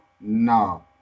No